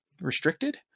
restricted